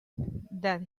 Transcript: that